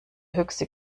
höchste